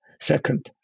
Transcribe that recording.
Second